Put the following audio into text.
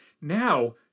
now